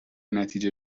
نتیجه